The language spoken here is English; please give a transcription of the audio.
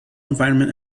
environment